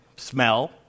Smell